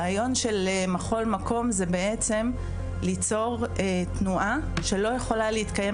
הרעיון של מחול מקום זה ליצור תנועה שלא יכולה להתקיים,